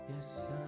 Yes